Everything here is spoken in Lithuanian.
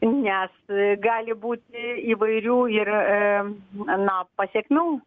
nes gali būti įvairių ir na pasekmių